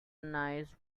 nice